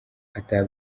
ata